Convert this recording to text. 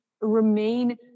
remain